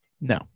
No